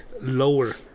lower